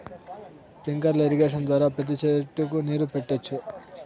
sprinkler irrigation ద్వారా ప్రతి సెట్టుకు నీరు పెట్టొచ్చు